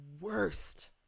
worst